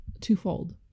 twofold